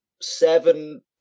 seven